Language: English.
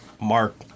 mark